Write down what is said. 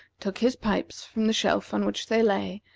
took his pipes from the shelf on which they lay,